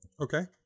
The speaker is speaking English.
Okay